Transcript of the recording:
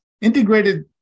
Integrated